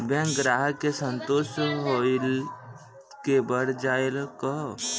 Bank ग्राहक के संतुष्ट होयिल के बढ़ जायल कहो?